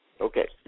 Okay